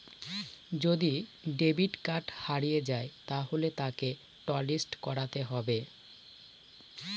যদি debit card হারিয়ে যায় তাহলে তাকে টলিস্ট করাতে হবে